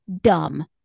dumb